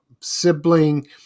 sibling